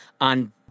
on